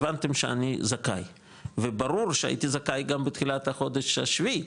הבנתם שאני זכאי וברור שהייתי זכאי גם בתחילת החודש השביעי,